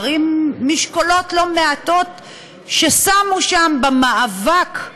עם משקולות לא מעטות ששמו שם במאבק,